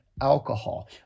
alcohol